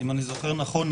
אם אני זוכר נכון,